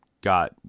got